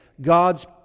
God's